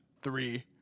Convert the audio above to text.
three